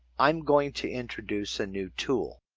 i'm going to introduce a new tool.